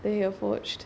that you've watched